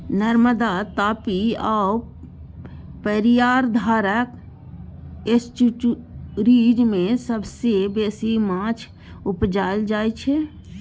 नर्मदा, तापी आ पेरियार धारक एस्च्युरीज मे सबसँ बेसी माछ उपजाएल जाइ छै